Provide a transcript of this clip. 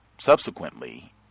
subsequently